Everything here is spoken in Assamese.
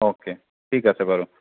অ' কে ঠিক আছে বাৰু